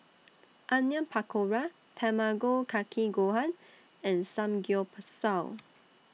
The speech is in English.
Onion Pakora Tamago Kake Gohan and Samgyeopsal